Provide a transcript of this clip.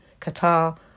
Qatar